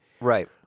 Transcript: Right